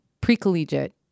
pre-collegiate